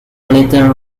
little